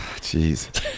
Jeez